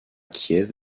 kiev